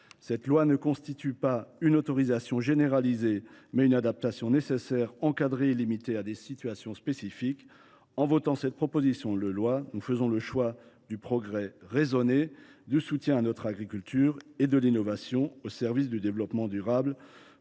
de loi constitue non pas une autorisation généralisée, mais une adaptation nécessaire, encadrée et limitée à des situations spécifiques. En la votant, nous faisons le choix du progrès raisonné, du soutien à notre agriculture et de l’innovation au service du développement durable.